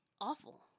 awful